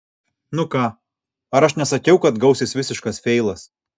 nu ką ar aš nesakiau kad gausis visiškas feilas